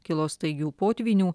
kilo staigių potvynių